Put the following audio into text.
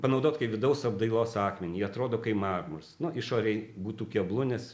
panaudot kaip vidaus apdailos akmenį jie atrodo kaip marmuras nu išorėj būtų keblu nes